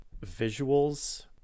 visuals